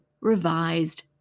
revised